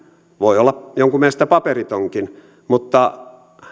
voi olla jonkun mielestä paperitonkin mutta